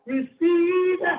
Receive